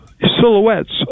silhouettes